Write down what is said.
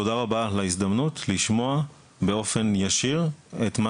תודה רבה על ההזדמנות לשמוע באופן ישיר את מה